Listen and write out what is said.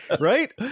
Right